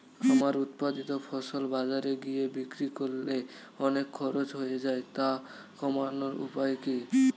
আমার উৎপাদিত ফসল বাজারে গিয়ে বিক্রি করলে অনেক খরচ হয়ে যায় তা কমানোর উপায় কি?